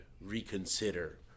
reconsider